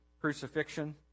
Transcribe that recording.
crucifixion